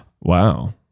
Wow